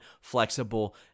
flexible